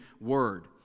word